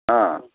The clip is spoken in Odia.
ହଁ